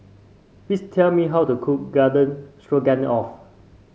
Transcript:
please tell me how to cook Garden Stroganoff